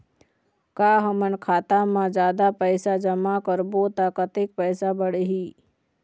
का हमन खाता मा जादा पैसा जमा करबो ता कतेक पैसा बढ़ही?